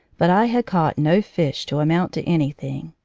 but i had caught no fish to amount to any thing.